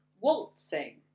waltzing